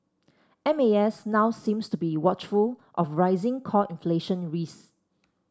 M A S now seems to be watchful of rising core inflation risks